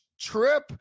trip